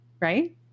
right